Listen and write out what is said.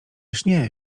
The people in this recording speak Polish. śnie